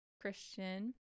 Christian